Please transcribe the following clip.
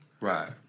Right